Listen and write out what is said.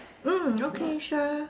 mm okay sure